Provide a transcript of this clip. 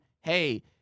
hey